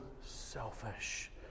selfish